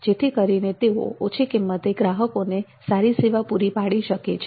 જેથી કરીને તેઓ ઓછી કિંમતે ગ્રાહકોને સારી સેવા પૂરી પાડી શકે છે